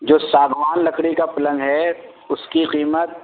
جو ساگوان لکڑی کا پلنگ ہے اس کی قیمت